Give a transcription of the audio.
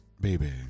baby